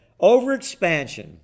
overexpansion